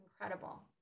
incredible